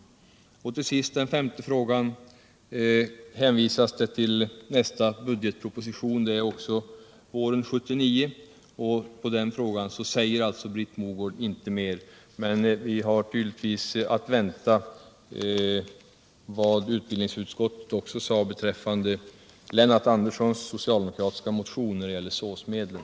Till sist, när det gäller den femte frågan, hänvisas till nästa budgetproposition, alltså också där besked våren 1979. På den frågan svarar Britt Mogård inte mer, men vi får tydligen vänta, vilket också utbildningsutskottet sade att vi får göra när det gäller Lennart Anderssons motion beträffande SÅS medlen.